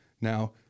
Now